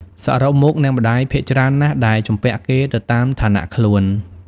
សរុបមក អ្នកម្ដាយភាគច្រើនណាស់ដែលជំពាក់គេទៅតាមឋានៈខ្លួន ៕